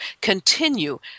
continue